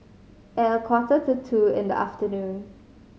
at a quarter to two in the afternoon